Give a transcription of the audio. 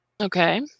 Okay